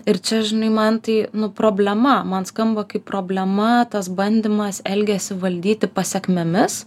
ir čia žinai man tai nu problema man skamba kaip problema tas bandymas elgesį valdyti pasekmėmis